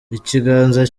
ikiganza